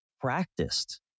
practiced